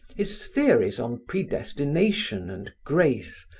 his theories on predestination and grace,